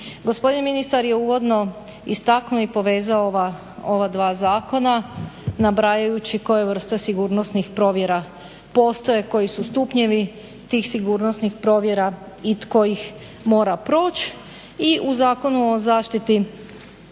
Gospodin ministar je uvodno istaknuo i povezao ova dva zakona nabrajajući koje vrste sigurnosnih provjera postoje, koji su stupnjevi tih sigurnosnih provjera i tko ih mora proći i u Zakoni o tajnosti